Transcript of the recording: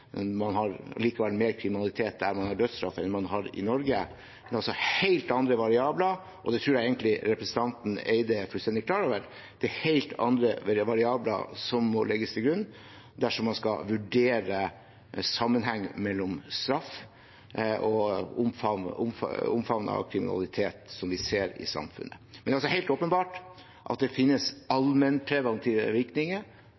man har likevel mer kriminalitet der man har dødsstraff, enn man har i Norge. Det er helt andre variabler – og det tror jeg egentlig representanten Eide er fullstendig klar over – som må legges til grunn dersom man skal vurdere sammenhengen mellom straff og omfanget av kriminalitet som vi ser i samfunnet. Det er altså helt åpenbart at det finnes